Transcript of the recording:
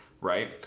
right